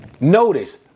Notice